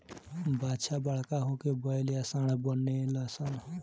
बाछा बड़का होके बैल या सांड बनेलसन